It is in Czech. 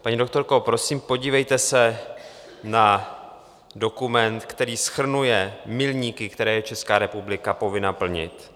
Paní doktorko, prosím, podívejte se na dokument, který shrnuje milníky, které je Česká republika povinna plnit.